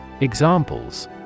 Examples